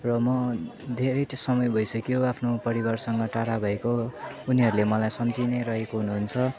र म धेरै ट् समय भइसक्यो आफ्नो परिवारसँग टाढा भएको उनीहरूले मलाई सम्झी नै रहेको हुनुहुन्छ